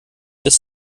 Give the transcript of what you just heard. des